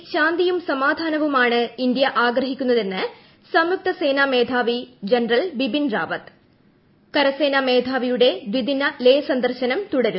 അതിർത്തിയിൽ ശാന്തിയും സമാധാനവുമാണ് ഇന്ത്യ ആഗ്രഹിക്കുന്നതെന്ന് സംയുക്ത സേനാ മേധാവി ജനറൽ ബിപിൻ റാവത്ത് കരസേനാ മേധാവിയുടെ ദ്വിദിന ലേ സന്ദർശനം തുടരുന്നു